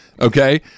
Okay